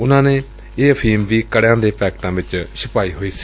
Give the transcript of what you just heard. ਉਨਾਂ ਨੇ ਇਹ ਅਫੀਮ ਕੜਿਆਂ ਦੇ ਪੈਕਟਾਂ ਵਿਚ ਛੁਪਾਈ ਹੋਈ ਸੀ